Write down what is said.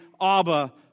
Abba